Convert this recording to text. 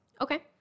Okay